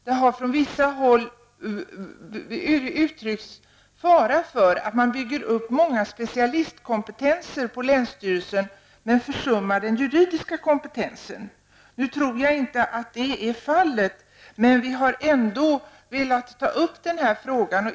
Det har från vissa håll uttryckts farhågor för att man bygger upp många specialistkompetenser på länsstyrelsen men försummar den juridiska kompetensen. Jag tror inte att så är fallet, men vi har i alla fall velat ta upp denna fråga.